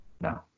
No